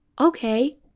okay